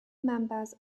members